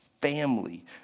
family